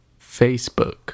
Facebook